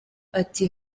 ati